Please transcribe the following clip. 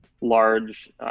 large